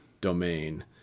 domain